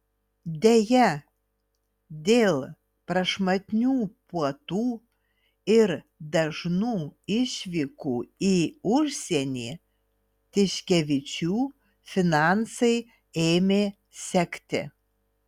deja dėl prašmatnių puotų ir dažnų išvykų į užsienį tiškevičių finansai ėmė sekti